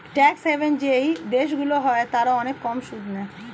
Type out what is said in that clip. tax haven যেই দেশগুলো হয় তারা অনেক কম সুদ নেয়